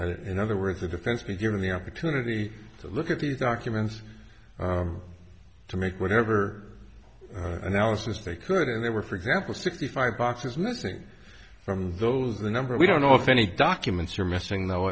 but in other words the defense be given the opportunity to look at these documents to make whatever analysis they could and there were for example sixty five boxes missing from those numbers we don't know if any documents are missing though